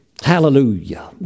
Hallelujah